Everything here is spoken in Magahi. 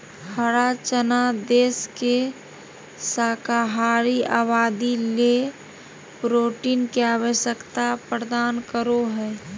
हरा चना देश के शाकाहारी आबादी ले प्रोटीन के आवश्यकता प्रदान करो हइ